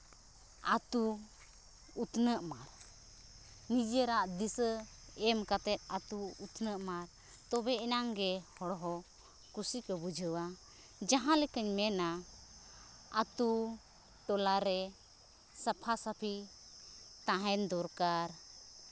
ᱟᱛᱳ ᱩᱛᱱᱟᱹᱜ ᱢᱟ ᱱᱤᱡᱮᱨᱟᱜ ᱫᱤᱥᱟᱹ ᱮᱢ ᱠᱟᱛᱮᱫ ᱟᱛᱳ ᱩᱛᱱᱟᱹᱜ ᱢᱟ ᱛᱚᱵᱮ ᱟᱱᱟᱝ ᱜᱮ ᱦᱚᱲ ᱦᱚᱸ ᱠᱩᱥᱤ ᱠᱚ ᱵᱩᱡᱷᱟᱹᱣᱟ ᱡᱟᱦᱟᱸ ᱞᱮᱠᱟᱧ ᱢᱮᱱᱟ ᱟᱛᱳ ᱴᱚᱞᱟ ᱨᱮ ᱥᱟᱯᱷᱟ ᱥᱟᱹᱯᱷᱤ ᱛᱟᱦᱮᱱ ᱫᱚᱨᱠᱟᱨ